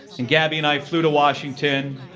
and gabby and i flew to washington,